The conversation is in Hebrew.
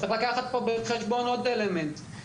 צריך לקחת פה בחשבון עוד אלמנט.